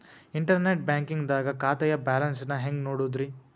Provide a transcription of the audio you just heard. Internet banking ದಾಗ ಖಾತೆಯ balance ನ ಹೆಂಗ್ ನೋಡುದ್ರಿ?